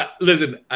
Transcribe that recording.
Listen